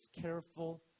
careful